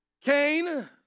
Cain